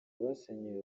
abasenyewe